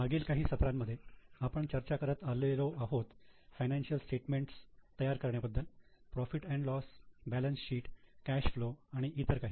मागील काही सत्रांमध्ये आपण चर्चा करत आलेलो आहोत फायनान्शियल स्टेटमेंट्स तयार करण्या बद्दल profit and loss profit loss balance sheet cash flow आणि इतर काही